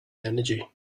energy